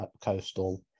Coastal